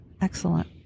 Excellent